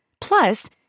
Plus